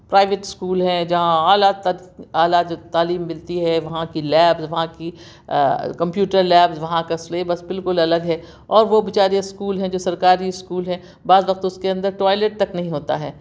private school ہیں جہاں اعلیٰ قد اعلیٰ جو تعلیم ملتی ہے وہاں کی لیب وہاں کی کمپیوٹر لیبز وہاں کا سلیبس بالکل الگ ہے اور وہ بیچارے اسکول ہیں جو سرکاری اسکول ہیں بعض وقت اس کے اندر ٹوائلیٹ تک نہیں ہوتا ہے